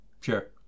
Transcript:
Sure